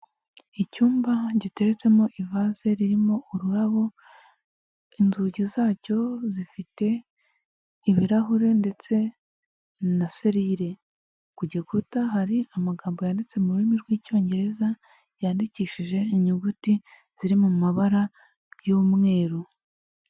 Icyumba giteretsemo ivaze ririmo ururabo, inzugi zacyo zifite ibirahure ndetse na serire, ku gikuta hari amagambo yanditse mu rurimi rw'icyongereza, yandikishije inyuguti ziri mu mabara y'umweru.